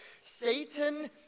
Satan